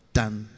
done